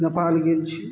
नेपाल गेल छी